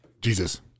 jesus